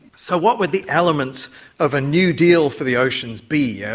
so what would the elements of a new deal for the oceans be, yeah